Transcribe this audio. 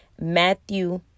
Matthew